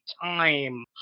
time